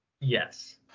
yes